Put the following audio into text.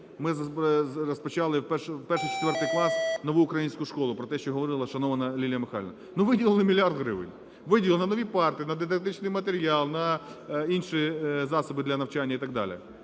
ми розпочали 1-4-й клас "Нову українську школу", про те, що говорила, шановна Лілія Михайлівна. Виділили мільярд гривень, виділили на нові парти, на дидактичний матеріал, на інші засоби для навчання і так далі.